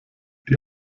die